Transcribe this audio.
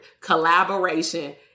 collaboration